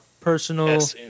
personal